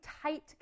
tight